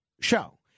show